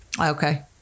okay